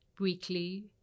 weekly